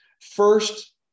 first